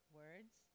words